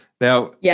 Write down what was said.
Now